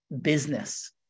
business